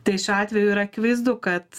tai šiuo atveju yra akivaizdu kad